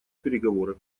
переговоры